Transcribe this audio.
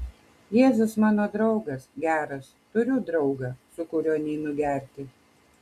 jėzus mano draugas geras turiu draugą su kuriuo neinu gerti